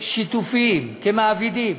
שיתופיים כמעבידים